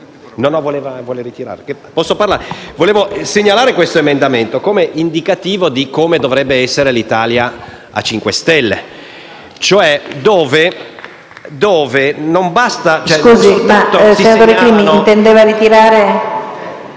Vorrei segnalare questo emendamento come indicativo di come dovrebbe essere l'Italia a «cinque